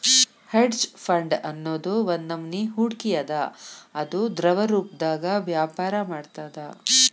hedge fund ಅನ್ನೊದ್ ಒಂದ್ನಮನಿ ಹೂಡ್ಕಿ ಅದ ಅದು ದ್ರವರೂಪ್ದಾಗ ವ್ಯಾಪರ ಮಾಡ್ತದ